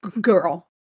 girl